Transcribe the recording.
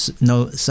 no